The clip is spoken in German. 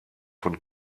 von